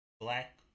black